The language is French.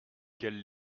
qu’elles